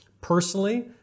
personally